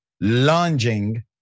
lunging